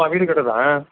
அ வீடு கட்ட தான்